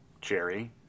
Jerry